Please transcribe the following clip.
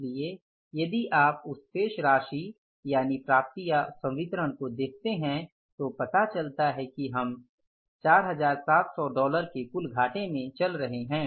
इसलिए यदि आप उस शेष राशि यानि प्राप्तियासंवितरण को देखते हैं पता चलता है की हम 4700 डॉलर के कुल घाटे में चल रहे हैं